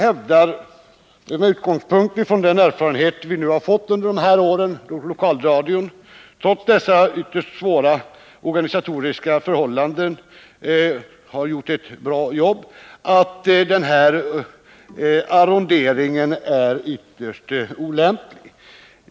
Med utgångspunkt i den erfarenhet vi under dessa år har vunnit av lokalradion, som trots de organisatoriska förhållandena har gjort ett bra jobb, hävdar vi att denna arrondering är ytterst olämplig.